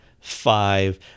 five